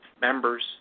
members